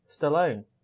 Stallone